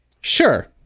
Sure